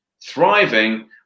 thriving